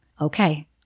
okay